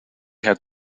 had